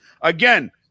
Again